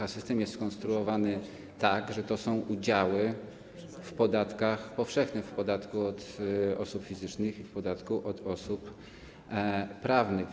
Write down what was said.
A system jest skonstruowany tak, że są to udziały w podatkach powszechnych, w podatku od osób fizycznych i w podatku od osób prawnych.